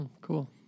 Cool